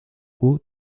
wood